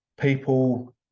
people